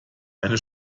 eine